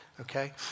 okay